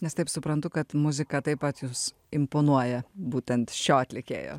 nes taip suprantu kad muzika taip pat jus imponuoja būtent šio atlikėjo